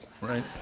Right